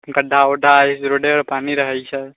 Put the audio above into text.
गड्ढा उड्ढा हइ रोडेपर पानि रहै छै